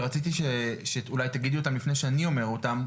ורציתי שתגידי אותם אולי לפני שאני אומר אותם,